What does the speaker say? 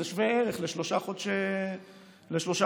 זה שווה ערך לשלושה חודשי ארנונה.